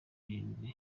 irindwi